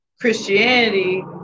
Christianity